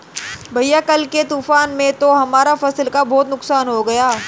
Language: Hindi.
भैया कल के तूफान में तो हमारा फसल का बहुत नुकसान हो गया